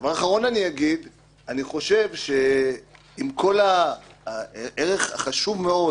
דבר אחרון אני אגיד: אני חושב שעם כל הערך החשוב מאוד